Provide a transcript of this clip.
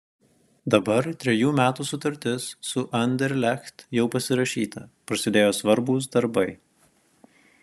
dabar trejų metų sutartis su anderlecht jau pasirašyta prasidėjo svarbūs darbai